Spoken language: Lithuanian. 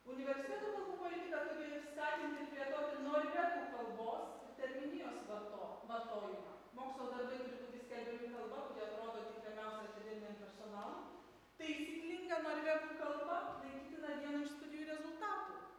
universiteto kalbų politika turi ir skatinti ir plėtoti norvegų kalbos ir terminijos varto vartojimą mokslo darbai turi būti skelbiami kalba kuri atrodo tinkamiausia akademiniam personalui taisyklinga norvegų kalba laikytina vienu iš studijų rezultatų